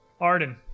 Arden